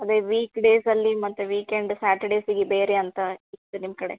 ಅದೇ ವೀಕ್ ಡೇಸಲ್ಲಿ ಮತ್ತು ವೀಕೆಂಡ್ ಸ್ಯಾಟರ್ಡೇಸಿಗೆ ಬೇರೆ ಅಂತ ಇತ್ತು ನಿಮ್ಮ ಕಡೆ